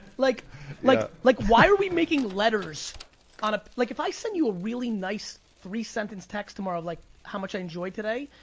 like like like why are we making letters on a, like if i sent you a really nice, three-sentence text tomorrow, like how much i enjoyed today,